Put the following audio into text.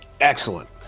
Excellent